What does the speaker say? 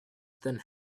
than